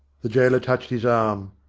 the gaoler touched his arm.